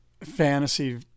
fantasy